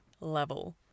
level